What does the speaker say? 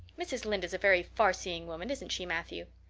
mrs. lynde is a very farseeing woman, isn't she, matthew?